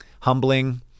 humbling